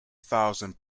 thousand